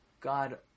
God